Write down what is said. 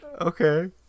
okay